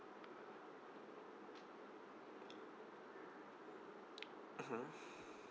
mmhmm